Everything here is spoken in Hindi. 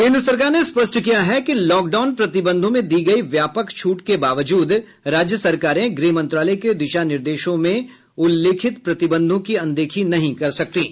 केन्द्र सरकार ने स्पष्ट किया है कि लॉकडाउन प्रतिबंधों में दी गई व्यापक छूट के बावजूद राज्य सरकारें गृह मंत्रालय के दिशा निर्देशों में उल्लिखित प्रतिबंधों की अनदेखी नहीं कर सकतीं